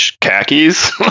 khakis